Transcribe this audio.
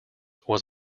was